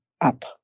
up